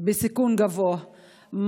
בסיכון גבוה,